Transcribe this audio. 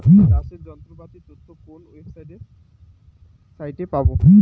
চাষের যন্ত্রপাতির তথ্য কোন ওয়েবসাইট সাইটে পাব?